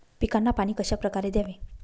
पिकांना पाणी कशाप्रकारे द्यावे?